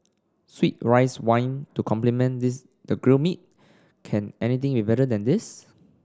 sweet rice wine to complement this the grilled meat can anything be better than this